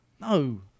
No